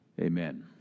Amen